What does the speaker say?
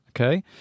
Okay